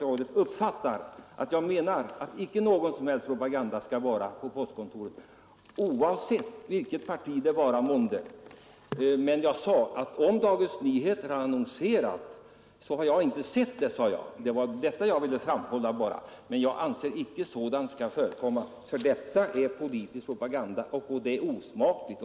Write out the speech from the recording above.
Jag menar alltså att det inte skall förekomma någon som helst politisk propaganda på postkontoren, oavsett vilket parti de än gäller. Jag sade också att om Dagens Nyheter har annonserat, så har jag inte sett det. Och jag anser inte sådant skall förekomma. Det är politisk propaganda och det är osmakligt.